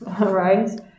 right